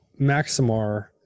Maximar